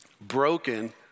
broken